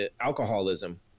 alcoholism